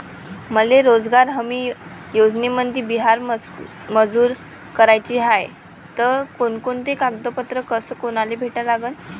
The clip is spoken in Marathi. मले रोजगार हमी योजनेमंदी विहीर मंजूर कराची हाये त कोनकोनते कागदपत्र अस कोनाले भेटा लागन?